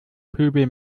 pöbel